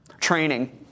Training